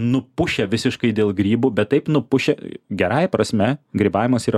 nupušę visiškai dėl grybų bet taip nupušę gerąja prasme grybavimas yra